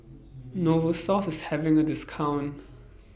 Novosource IS having A discount